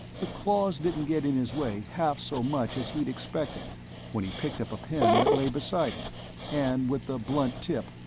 the claws didn't get in his way half so much as he'd expected when he picked up a pen that lay beside him and, with the blunt tip,